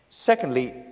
Secondly